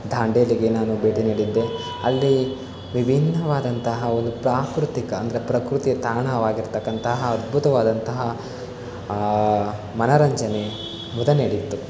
ದಾಂಡೇಲಿಗೆ ನಾನು ಭೇಟಿ ನೀಡಿದ್ದೆ ಅಲ್ಲಿ ವಿಭಿನ್ನವಾದಂತಹ ಒಂದು ಪ್ರಾಕೃತಿಕ ಅಂದರೆ ಪ್ರಕೃತಿಯ ತಾಣವಾಗಿರತಕ್ಕಂತಹ ಅದ್ಭುತವಾದಂತಹ ಮನೋರಂಜನೆ ಮುದ ನೀಡಿತ್ತು